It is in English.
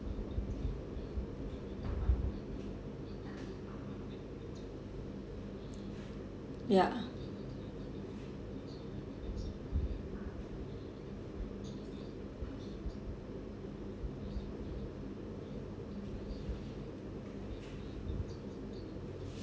ya